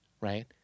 Right